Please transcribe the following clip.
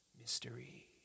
Mystery